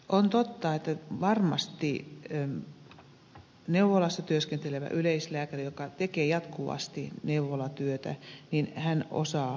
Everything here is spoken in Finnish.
on totta että varmasti neuvolassa työskentelevä yleislääkäri joka tekee jatkuvasti neuvolatyötä osaa asiansa